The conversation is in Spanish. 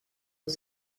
los